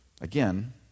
Again